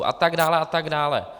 A tak dále a tak dále.